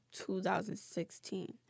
2016